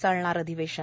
चालणार अधिवेशन